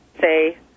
say